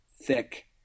thick